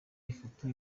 ifoto